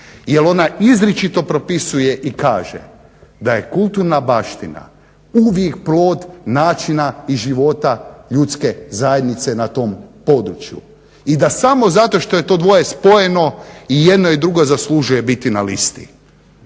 jer ona izričito propisuje i kaže da je kulturna baština uvijek plod načina i života ljudske zajednice na tom području. I da samo zato što je to dvoje spojeno i jedno i drugo zaslužuje biti na listi.